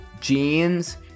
jeans